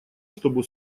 чтобы